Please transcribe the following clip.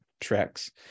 tracks